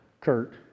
Kurt